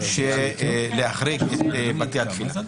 להחריג את בתי התפילה.